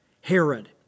Herod